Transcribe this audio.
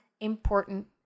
important